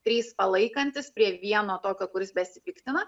trys palaikantys prie vieno tokio kuris besipiktina